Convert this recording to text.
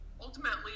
ultimately